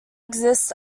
exists